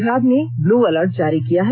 विभाग ने ब्ल अलर्ट जारी किया है